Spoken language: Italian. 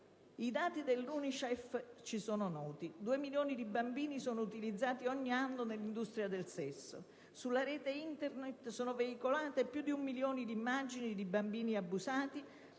I dati dell'UNICEF ci sono noti: due milioni di bambini sono utilizzati ogni anno nell'industria del sesso; sulla rete Internet sono veicolate più di un milione di immagini di bambini abusati